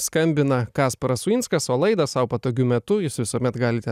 skambina kasparas uinskas o laidą sau patogiu metu jūs visuomet galite